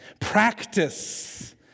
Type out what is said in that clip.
Practice